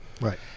right